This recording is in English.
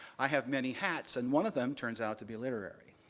i have many hats, and one of them turns out to be literary.